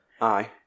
Aye